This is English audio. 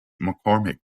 mccormick